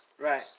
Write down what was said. Right